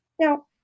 Now